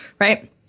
Right